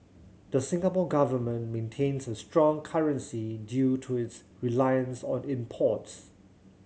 the Singapore Government maintains a strong currency due to its reliance on imports